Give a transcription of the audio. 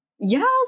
yes